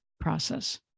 process